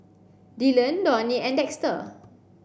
Dylon Donie and Dexter